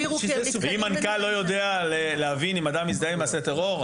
אם מנכ"ל לא יודע להבין אם אדם מזדהה עם מעשה טרור,